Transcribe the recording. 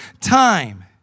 time